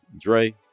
Dre